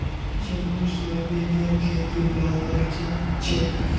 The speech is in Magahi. जम्बो सोयाबीनेर खेती लगाल छोक